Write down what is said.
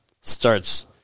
starts